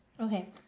Okay